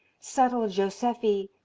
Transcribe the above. subtle joseffy,